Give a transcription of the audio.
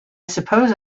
suppose